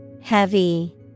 Heavy